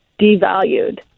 devalued